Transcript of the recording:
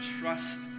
trust